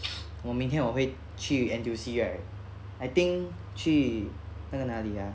我明天我会去 N_T_U_C right I think 去那个哪里 ah